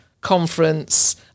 conference